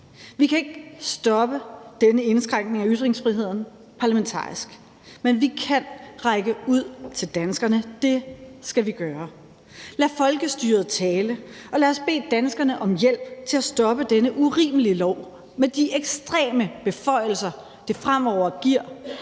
Vi kan ikke stoppe denne indskrænkning af ytringsfriheden parlamentarisk, men vi kan række ud til danskerne, og det skal vi gøre. Lad folkestyret tale, og lad os bede danskerne om hjælp til at stoppe denne urimelige lov med de ekstreme beføjelser, den fremover giver